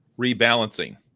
rebalancing